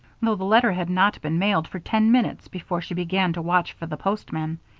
though the letter had not been mailed for ten minutes before she began to watch for the postman.